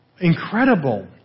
incredible